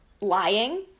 lying